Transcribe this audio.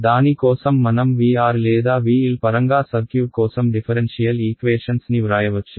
దాని కోసం మనం VR లేదా V L పరంగా సర్క్యూట్ కోసం డిఫరెన్షియల్ ఈక్వేషన్స్ ని వ్రాయవచ్చు